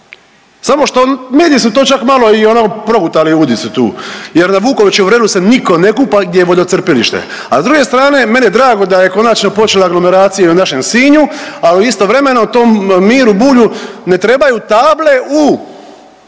Samo što mediji su to čak malo i ono progutali udicu tu jer na Vukovićevu vrelu se niko ne kupa gdje je vodocrpilište, a s druge strane meni je drago da je konačno počela aglomeracija i u našem Sinju, a istovremeno tom Miru Bulju ne trebaju table u